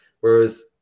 Whereas